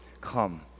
come